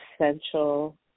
essential